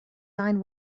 line